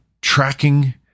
tracking